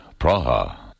Praha